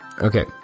Okay